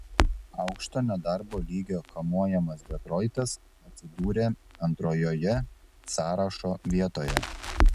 aukšto nedarbo lygio kamuojamas detroitas atsidūrė antrojoje sąrašo vietoje